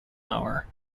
hour